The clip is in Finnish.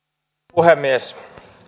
puhemies